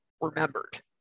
remembered